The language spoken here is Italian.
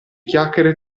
chiacchiere